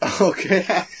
Okay